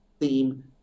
theme